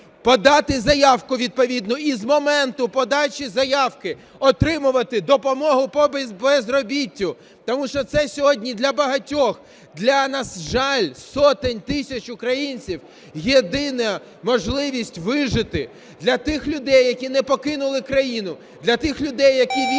подати заявку відповідну і з моменту подачі заявки отримувати допомогу по безробіттю. Тому що це сьогодні для багатьох, на жаль, сотень тисяч українців єдина можливість вижити. Для тих юдей, які не покинули країну, для тих людей, які вірять,